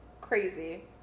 crazy